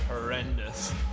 horrendous